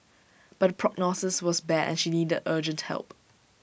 but the prognosis was bad and she needed urgent help